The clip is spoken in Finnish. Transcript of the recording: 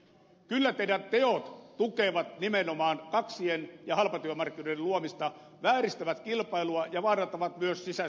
kyllä teidän tekonne tukevat nimenomaan kaksien ja halpatyömarkkinoiden luomista vääristävät kilpailua ja vaarantavat myös sisäistä turvallisuutta